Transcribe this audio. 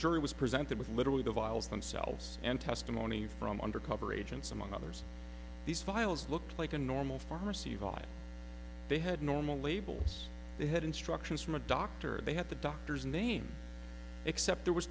jury was presented with literally the vials themselves and testimony from undercover agents among others these files looked like a normal pharmacy vibe they had normal labels they had instructions from a doctor they had the doctor's name except there was